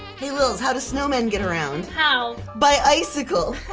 hey lilz, how do snowmen get around? how? bi-icicle!